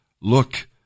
Look